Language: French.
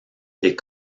des